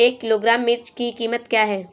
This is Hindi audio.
एक किलोग्राम मिर्च की कीमत क्या है?